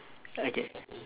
okay